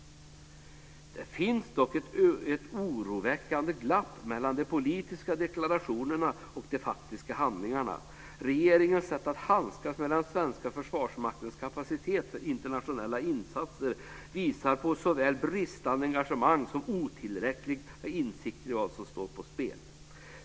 Det finns dock ett oroväckande glapp mellan de politiska deklarationerna och de faktiska handlingarna. Regeringens sätt att handskas med den svenska försvarsmaktens kapacitet för internationella insatser visar på såväl bristande engagemang som otillräckliga insikter i vad som står på spel.